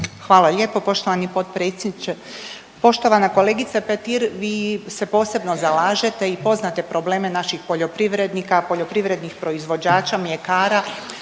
Hvala lijepo poštovani potpredsjedniče. Poštovana kolegice Petir, vi se posebno zalažete i poznate probleme naših poljoprivrednika, poljoprivrednih proizvođača mljekara,